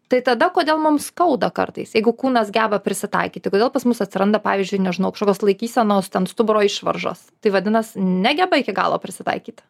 tai tada kodėl mums skauda kartais jeigu kūnas geba prisitaikyti kodėl pas mus atsiranda pavyzdžiui nežinau kažkokios laikysenos ten stuburo išvaržos tai vadinas negeba iki galo prisitaikyt